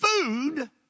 food